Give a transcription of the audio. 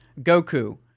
Goku